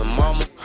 mama